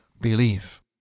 believe